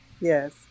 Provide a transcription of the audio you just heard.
yes